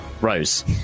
rose